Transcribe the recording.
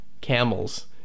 camels